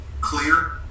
clear